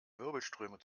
wirbelströme